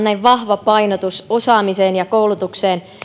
näin vahva painotus osaamiseen ja koulutukseen